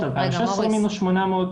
רגע, מוריס.